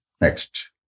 Next